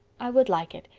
i would like it.